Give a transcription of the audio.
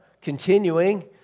continuing